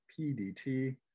pdt